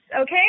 okay